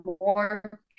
more